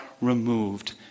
removed